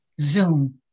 Zoom